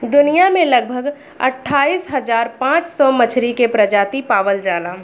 दुनिया में लगभग अट्ठाईस हज़ार पाँच सौ मछरी के प्रजाति पावल जाला